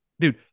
Dude